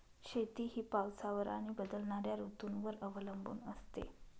शेती ही पावसावर आणि बदलणाऱ्या ऋतूंवर अवलंबून असते